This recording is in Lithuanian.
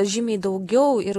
žymiai daugiau ir